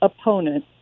opponent